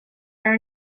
are